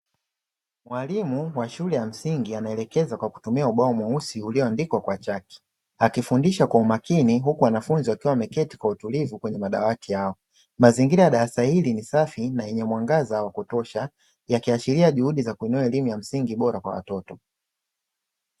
Mwalimu wa shule ya msingi anaelekeza kwa kutumia ubao mweusi ulioandikwa kwa chaki, akifundisha kwa umakini huku wanafunzi wakiwa wameketi kwa utulivu kwenye madawati hayo, mazingira ya darasa hili ni safi na lenye mwangaza wa kutosha yakiashiria juhudi za kuinua elimu ya msingi bora kwa watoto.